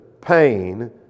pain